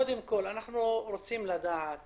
קודם על אנחנו רוצים לדעת